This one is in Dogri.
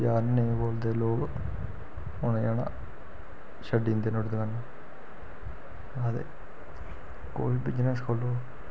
प्यार ने नेईं बोलदे लोक औना जाना छड्डी दिंदे न नुहाड़ी दकानै आखदे कोई बी बिजनेस खोलो